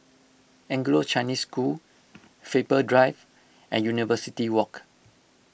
Anglo Chinese School Faber Drive and University Walk